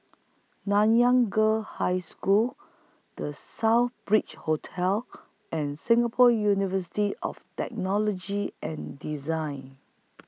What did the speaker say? Nanyang Girls' High School The Southbridge Hotel and Singapore University of Technology and Design